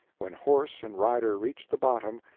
when horse and rider reached the bottom,